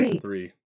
Three